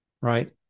Right